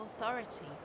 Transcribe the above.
authority